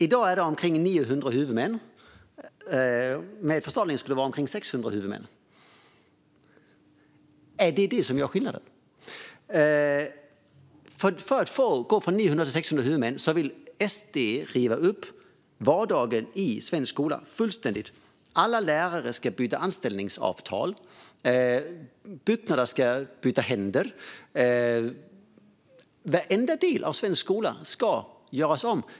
I dag är det omkring 900 huvudmän. Med ett förstatligande skulle det vara omkring 600 huvudmän. Är det det som gör skillnad? För att gå från 900 till 600 huvudmän vill Sverigedemokraterna riva upp vardagen i svensk skola fullständigt. Alla lärare ska byta anställningsavtal. Byggnader ska byta händer. Varenda del av svensk skola ska göras om.